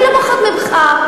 אני לא פחות ממך,